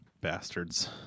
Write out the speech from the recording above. Bastards